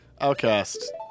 Outcast